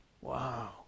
Wow